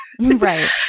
Right